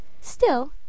Still